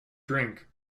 drink